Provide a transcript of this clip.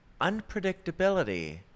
unpredictability